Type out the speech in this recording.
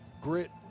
grit